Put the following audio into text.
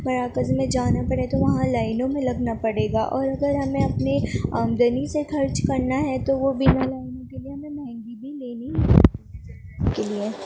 مراکز میں جانا پڑے تو وہاں لائنوں میں لگنا پڑے گا اور اگر ہمیں اپنے آمدنی سے خرچ کرنا ہے تو وہ بنا لائنوں کے لیے ہمیں مہنگی بھی لینی